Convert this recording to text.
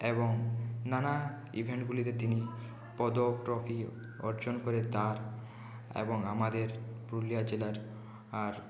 এবং নানা ইভেন্টগুলিতে তিনি পদক ট্রফি অর্জন করে তার এবং আমাদের পুরুলিয়া জেলার আর